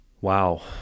Wow